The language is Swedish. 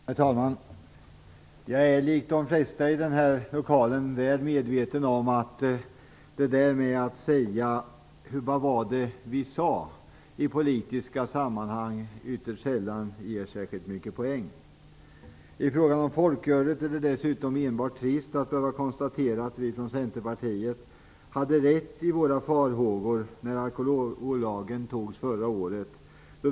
Herr talman! Jag är likt de flesta i denna lokal väl medveten om att det ytterst sällan ger särskilt många poäng att säga "Vad var det vi sade" i politiska sammanhang. I frågan om folkölet är det dessutom enbart trist att behöva konstatera att vi från Centerpartiet hade rätt i de farhågor vi uttryckte när alkohollagen antogs förra året.